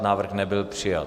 Návrh nebyl přijat.